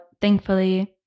thankfully